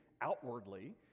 outwardly